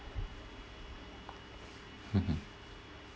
mmhmm